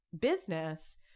business